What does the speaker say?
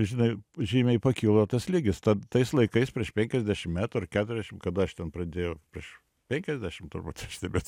žinai žymiai pakilo tas lygis tad tais laikais prieš penkiasdešim metų ar keturiasdešim kada aš ten pradėjau prieš penkiasdešim turbūt aš nebeatsi